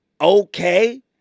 okay